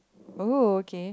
oh okay